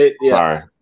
Sorry